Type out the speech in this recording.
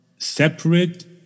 separate